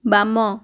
ବାମ